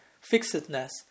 fixedness